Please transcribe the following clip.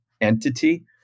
entity